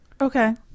Okay